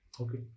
Okay